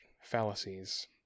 fallacies